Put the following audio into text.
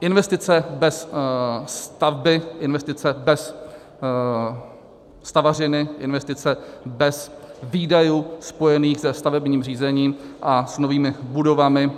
Investice bez stavby, investice bez stavařiny, investice bez výdajů spojených se stavebním řízením a s novými budovami